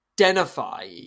identify